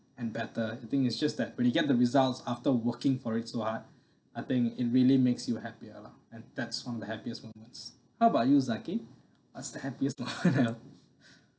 and better I think its just that when you get the results after working for so hard I think it really makes you happier lah and that's one of the happiest moments how about you zaki how's the happiest moment